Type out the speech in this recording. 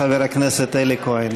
חבר הכנסת אלי כהן.